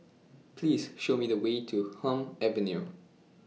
Please Show Me The Way to Hume Avenue